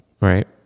Right